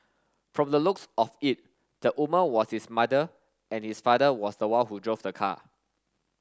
from the looks of it the woman was his mother and his father was the one who drove the car